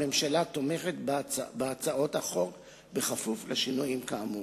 הממשלה תומכת בהצעות החוק בכפוף לשינויים כאמור.